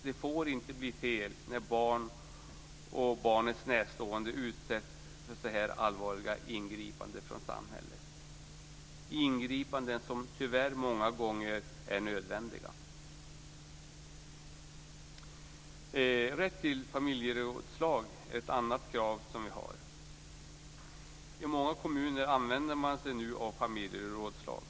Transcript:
Det får inte bli fel när barn och barns närstående utsätts för så här allvarliga ingripanden från samhället - ingripanden som tyvärr många gånger är nödvändiga. Rätt till familjerådslag är ett annat krav som vi har. I många kommuner använder man sig nu av familjerådslag.